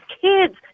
kids